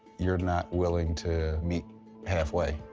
you're not willing to meet halfway.